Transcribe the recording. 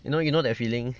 you know you know that feeling